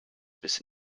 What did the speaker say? bis